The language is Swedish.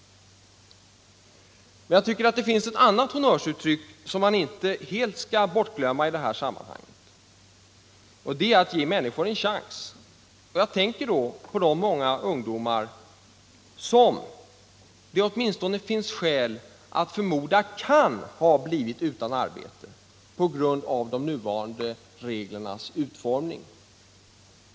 Jag tycker att det finns ett annat honnörsuttryck som man inte helt skall glömma bort i sammanhanget. Det är att ge människor en chans. Jag tänker då på de många ungdomar som det åtminstone finns skäl att förmoda kan ha blivit utan arbete på grund av de nuvarande reglernas utformning.